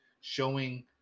showing